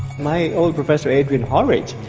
my old professor, adrian horridge,